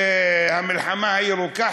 והמלחמה הירוקה,